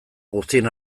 guztien